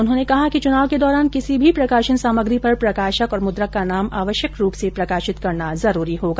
उन्होंने कहा कि चुनाव के दौरान किसी भी प्रकाशन सामग्री पर प्रकाशक और मुद्रक का नाम आवश्यक रूप से प्रकाशित करना जरूरी होगा